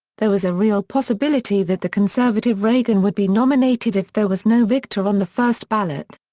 there was a real possibility that the conservative reagan would be nominated if there was no victor on the first ballot.